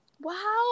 Wow